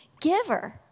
giver